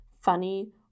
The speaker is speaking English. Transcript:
funny